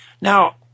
Now